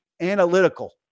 Analytical